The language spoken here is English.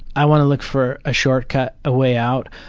i want to look for a shortcut, a way out.